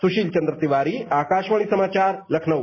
सुशील चन्द्र तिवारी आकाशवाणी समाचार लखनऊ